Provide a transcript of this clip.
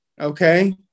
Okay